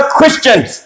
Christians